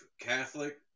Catholic